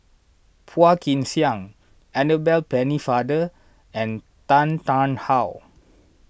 Phua Kin Siang Annabel Pennefather and Tan Tarn How